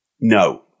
no